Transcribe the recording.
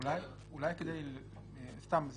זה לא